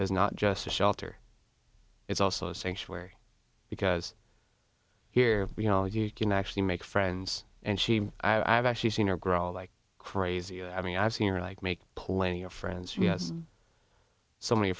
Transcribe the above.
is not just a shelter it's also sanctuary because here you know you can actually make friends and she i have actually seen her grow like crazy i mean i've seen her like make plenty of friends yes so many